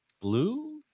blue